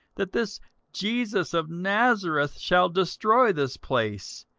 that this jesus of nazareth shall destroy this place,